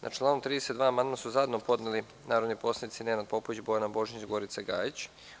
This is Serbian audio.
Na član 32. amandman su zajedno podneli narodni poslanici Nenad Popović, Bojana Božanić i Gorica Gajić.